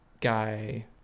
guy